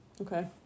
Okay